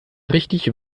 richtig